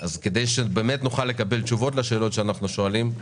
אז כדי שנוכל לקבל תשובות לשאלות שאנחנו שואלים,